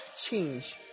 change